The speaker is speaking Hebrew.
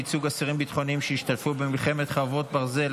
ייצוג אסירים ביטחוניים שהשתתפו במלחמת חרבות ברזל),